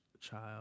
child